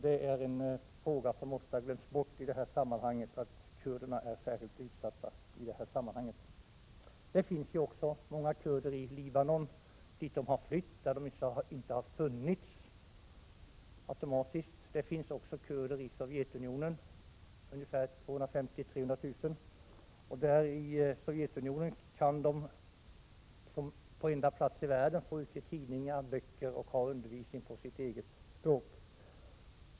Att kurderna är särskilt utsatta i detta sammanhang glöms ofta bort. Det finns också många kurder som har flytt till Libanon. De har inte funnits där sedan tidigare. Det finns också kurder i Sovjetunionen, ca 250 000-300 000. Sovjetunionen är den enda platsen i världen där kurderna kan ge ut tidningar och böcker samt ha undervisning på sitt eget språk.